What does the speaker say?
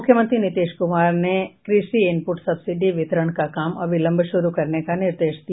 मुख्यमंत्री नीतीश कुमार ने कृषि इनपुट सब्सिडी वितरण का काम अविलंब शुरू करने का निर्देश दिया